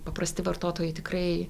paprasti vartotojai tikrai